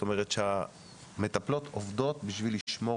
זאת אומרת שהמטפלות עובדות בשביל לשמור